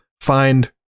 find